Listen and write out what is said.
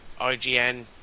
IGN